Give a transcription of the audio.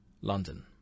London